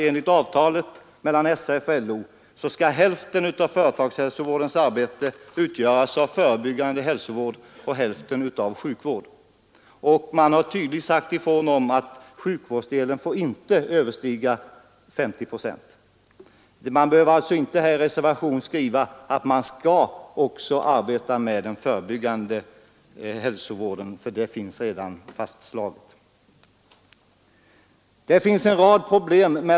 Enligt avtalet mellan SAF och LO skall hälften av företagshälsovårdens arbete utgöras av förebyggande hälsovård och hälften av sjukvård. Det har tydligt sagts att sjukvårdsdelen inte får överstiga 50 procent. Man behöver alltså inte i reservationen skriva att företagshälsovården skall syssla med förebyggande hälsovård. Beslut härom finns redan.